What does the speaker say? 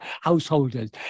householders